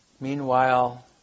Meanwhile